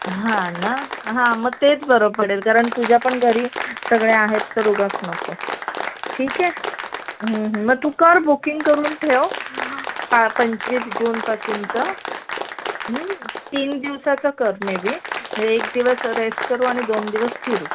हां ना हां मग तेच बरं पडेल कारण तुझ्या पण घरी सगळे आहेत तर उगाच नको ठीक आहे मग तू कर बुकिंग करून ठेव पा पंचवीस जून पासूनचं तीन दिवसाचं कर मे बी म्हणजे एक दिवस रेस्ट करू आणि दोन दिवस फिरू